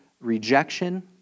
Rejection